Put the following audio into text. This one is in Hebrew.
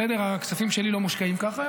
הכספים שלי לא מושקעים ככה,